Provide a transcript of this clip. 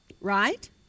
Right